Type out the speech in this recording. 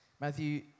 Matthew